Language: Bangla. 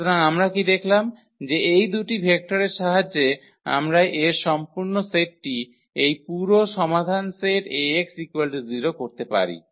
সুতরাং আমরা কী দেখলাম যে এই দুটি ভেক্টরের সাহায্যে আমরা এর সম্পূর্ণ সেটটি এই পুরো সমাধান সেট Ax0 করতে পারি